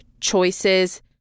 choices